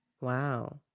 Wow